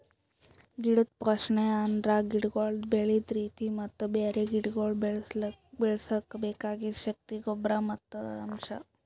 ಗಿಡದ್ ಪೋಷಣೆ ಅಂದುರ್ ಗಿಡಗೊಳ್ದು ಬೆಳದ್ ರೀತಿ ಮತ್ತ ಬ್ಯಾರೆ ಗಿಡಗೊಳ್ ಬೆಳುಸುಕ್ ಬೆಕಾಗಿದ್ ಶಕ್ತಿಯ ಗೊಬ್ಬರ್ ಮತ್ತ್ ಅಂಶ್